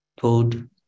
food